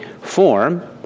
form